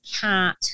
cat